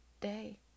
day